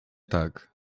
tak